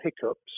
hiccups